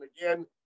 again